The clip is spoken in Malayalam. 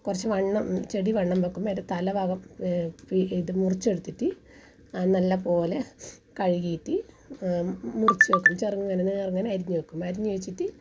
കുറച്ച് വണ്ണം ചെടി വണ്ണം വെക്കുമ്പോൾ അതിൻ്റെ തല ഭാഗം ഇത് മുറിച്ചെടുത്തിട്ട് നല്ലതു പോലെ കഴുകിയിട്ട് മുറിച്ച് വെക്കും ചെറുങ്ങനെ നേർങ്ങനെ അരിഞ്ഞ് വെക്കും അരിഞ്ഞ് വെച്ചിട്ട്